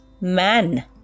man